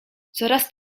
coraz